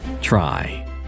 Try